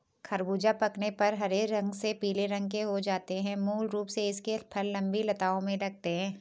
ख़रबूज़ा पकने पर हरे से पीले रंग के हो जाते है मूल रूप से इसके फल लम्बी लताओं में लगते हैं